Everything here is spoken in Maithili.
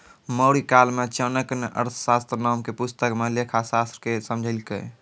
मौर्यकाल मे चाणक्य ने अर्थशास्त्र नाम के पुस्तक मे लेखाशास्त्र के समझैलकै